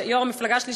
יו"ר המפלגה שלי,